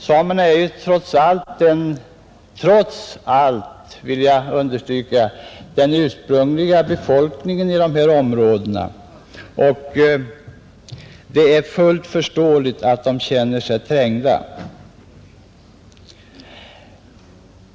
Samerna är trots allt den ursprungliga befolkningen i de här områdena, Det är fullt förståeligt att de känner sig trängda.